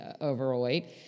overweight